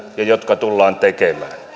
ja jotka tullaan tekemään